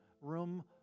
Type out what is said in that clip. room